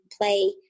play